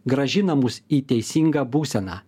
grąžina mus į teisingą būseną